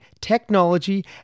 technology